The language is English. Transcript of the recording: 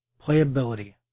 Playability